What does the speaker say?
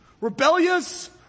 Rebellious